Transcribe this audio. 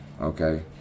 Okay